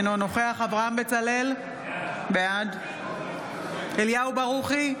אינו נוכח אברהם בצלאל, בעד אליהו ברוכי,